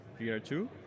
VR2